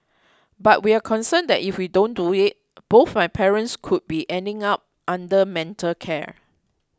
but we're concerned that if we don't do it both my parents could be ending up under mental care